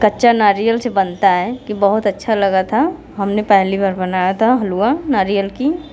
कच्चा नारियल से बनता है कि बहुत अच्छा लगा था हमने पहली बार बनाया था हलवा नारियल की